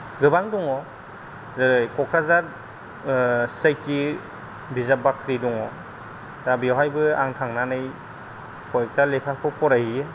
गोबां दङ जेरै कक्राझार सि आइ टि बिजाब बाख्रि दङ दा बेवहायबो आं थांनानै खय एख्था लेखाखौ फरायहैयो